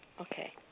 Okay